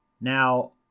Now